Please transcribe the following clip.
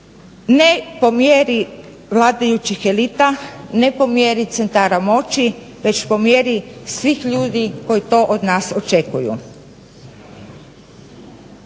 ne po mjeri vladajućih elita, ne po mjeri centara moći već po mjeri svih ljudi koji to od nas očekuju.